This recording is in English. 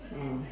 oh